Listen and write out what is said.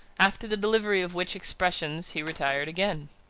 after the delivery of which expressions, he retired again.